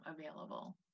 available